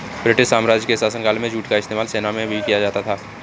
British साम्राज्य के शासनकाल में जूट का इस्तेमाल सेना में भी किया जाता था